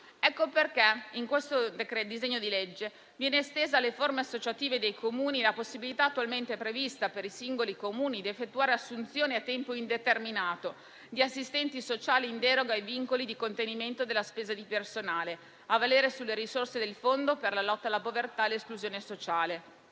Ecco perché in questo disegno di legge viene estesa alle forme associative dei Comuni la possibilità, attualmente prevista per i singoli Comuni, di effettuare assunzioni a tempo indeterminato di assistenti sociali, in deroga ai vincoli di contenimento della spesa per il personale, a valere sulle risorse del Fondo per la lotta alla povertà e l'esclusione sociale.